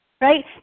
right